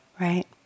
right